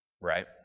Right